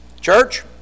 Church